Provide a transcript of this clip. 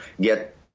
get